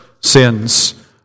sins